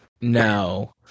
No